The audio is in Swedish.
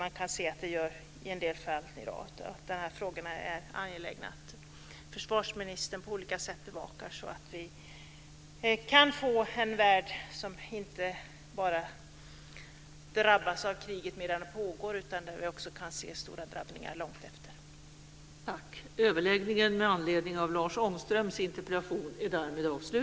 Det sker i en del fall i dag. Det är angeläget att försvarsministern på olika sätt bevakar dessa frågor, så att vi inte får en värld som inte bara drabbas av kriget medan det pågår men där det även går att se stora drabbningar långt efter det att kriget har upphört.